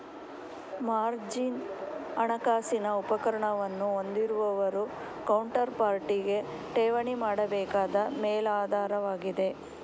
margin ಹಣಕಾಸಿನ ಉಪಕರಣವನ್ನು ಹೊಂದಿರುವವರು ಕೌಂಟರ್ ಪಾರ್ಟಿಗೆ ಠೇವಣಿ ಮಾಡಬೇಕಾದ ಮೇಲಾಧಾರವಾಗಿದೆ